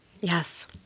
Yes